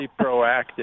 proactive